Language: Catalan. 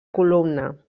columna